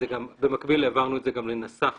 במקביל העברנו את זה לנסח